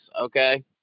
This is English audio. okay